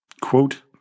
Quote